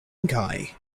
guy